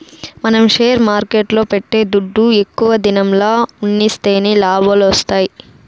మనం షేర్ మార్కెట్ల పెట్టే దుడ్డు ఎక్కువ దినంల ఉన్సిస్తేనే లాభాలొత్తాయి